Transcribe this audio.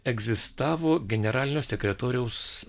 egzistavo generalinio sekretoriaus